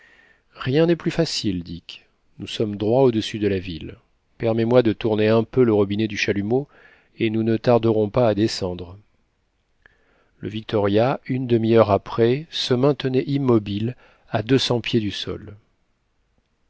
rien n'est plus facile dick nous sommes droit au-dessus de la ville permets-moi de tourner un peu le robinet du chalumeau et nous ne tarderons pas à descendre le victoria une demi-heure après se maintenait immobile à deux cents pieds du sol